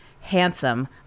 handsome